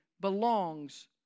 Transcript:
belongs